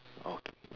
okay